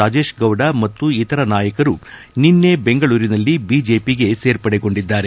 ರಾಜೀಶ್ ಗೌಡ ಮತ್ತು ಇತರ ನಾಯಕರು ನಿನ್ನೆ ಬೆಂಗಳೂರಿನಲ್ಲಿ ಬಿಜೆಪಿಗೆ ಸೇರ್ಪಡೆಗೊಂಡಿದ್ದಾರೆ